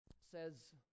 says